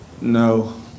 No